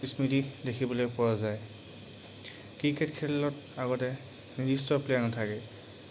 স্মৃতি দেখিবলৈ পোৱা যায় ক্ৰিকেট খেলত আগতে নিৰ্দিষ্ট প্লেয়াৰ নাথাকে